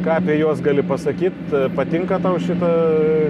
ką apie juos gali pasakyt patinka tau šita